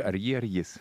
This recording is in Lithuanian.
ar ji ar jis